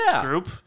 group